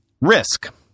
risk